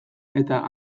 eta